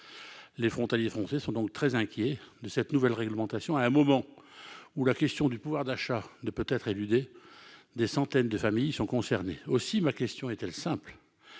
les frontaliers français sont donc très inquiets de cette nouvelle réglementation, à un moment où la question du pouvoir d'achat ne peut être éludée, des centaines de familles sont concernées aussi, ma question est-elle simple :